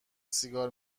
سیگار